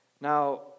Now